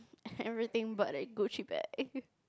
everything but that Gucci bag